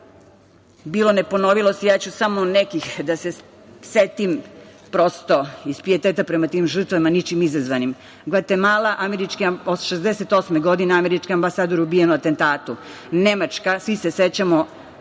Bilo ne ponovilo se, ja ću samo nekih da setim, prosto iz pijeteta prema tim žrtvama ničim izazvanim. Gvatemala, 1968. godine američki ambasador ubijen u atentatu. Nemačka, svi se sećamo,